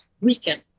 weaken